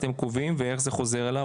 אתם קובעים ואיך זה חוזר אליו,